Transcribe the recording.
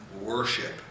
worship